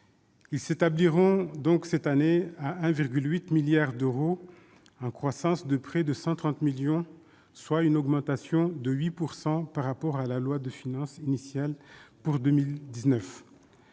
Ils s'établiront donc cette année à 1,8 milliard d'euros, en croissance de près de 130 millions d'euros, soit une augmentation de 8 % par rapport à la loi de finances initiale pour 2019.